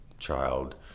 child